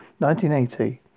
1980